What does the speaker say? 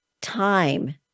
time